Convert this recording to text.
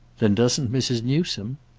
then doesn't mrs. newsome?